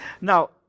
Now